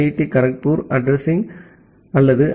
D Kharagpur addressing அல்லது ஐ